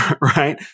Right